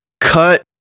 cut